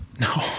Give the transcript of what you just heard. No